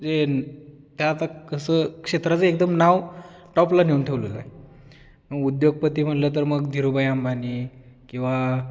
जे त्या आता कसं क्षेत्राचं एकदम नाव टॉपला नेऊन ठेवलं आहे उद्योगपती म्हटलं तर मग धिरुभाई अंबानी किंवा